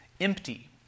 empty